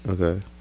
Okay